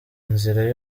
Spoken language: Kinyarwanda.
inzira